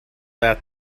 that